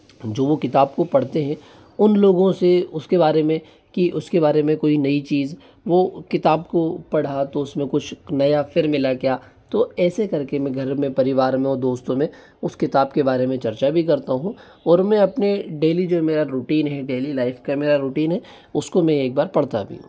जो वो किताब को पढ़ते हैं उन लोगों से उसके बारे में कि उसके बारे में कोई नई चीज वो किताब को पढ़ा तो उसमें कुछ नया फिर मिला क्या तो ऐसे करके मैं घर में परिवार में और दोस्तों में उस किताब के बारे में चर्चा भी करता हूँ और मैं अपने डेली जो मेरा रूटीन हैं डेली लाइफ का मेरा रूटीन हैं उसको मैं एक बार पढ़ता भी हूँ